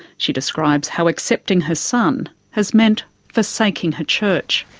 she describes how accepting her son has meant forsaking her church.